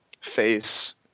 face